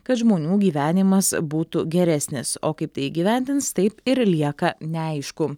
kad žmonių gyvenimas būtų geresnis o kaip tai įgyvendins taip ir lieka neaišku